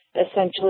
essentially